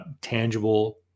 tangible